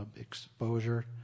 exposure